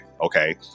Okay